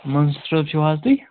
منٛصوٗر چھِو حظ تُہۍ